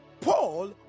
Paul